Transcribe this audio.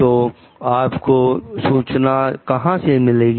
तो आपको सूचना कहां से मिलेगी